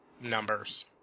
numbers